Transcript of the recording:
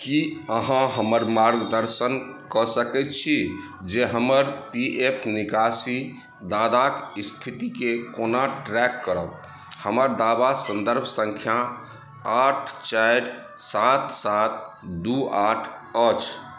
की अहाँ हमर मार्गदर्शन कऽ सकैत छी जे हमर पी एफ निकासी दादाक स्थितिके कोना ट्रैक करब हमर दावा सन्दर्भ सङ्ख्या आठ चारि सात सात दू आठ अछि